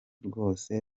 rwose